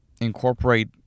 incorporate